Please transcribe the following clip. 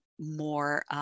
more